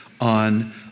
On